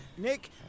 Nick